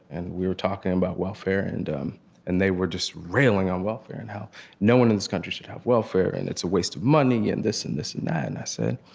and we were talking about welfare, and um and they were just railing on welfare and how no one in this country should have welfare, and it's a waste of money, and this and this and that. and i said,